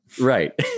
Right